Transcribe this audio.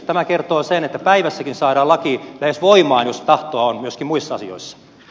tämä kertoo sen että päivässäkin saadaan laki lähes voimaan jos tahtoa on myöskin muissa asioissa